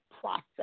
process